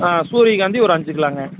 ஆ சூரிய காந்தி ஒரு அஞ்சு கிலோங்க